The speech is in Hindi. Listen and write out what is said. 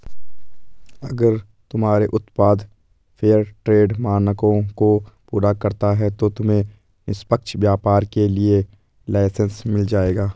अगर तुम्हारे उत्पाद फेयरट्रेड मानकों को पूरा करता है तो तुम्हें निष्पक्ष व्यापार के लिए लाइसेन्स मिल जाएगा